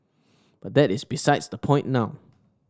but that is besides the point now